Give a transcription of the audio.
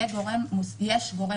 יש גורם מוסמך,